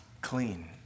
clean